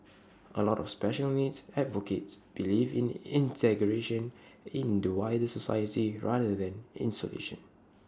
A lot of special needs advocates believe in integration in the wider society rather than isolation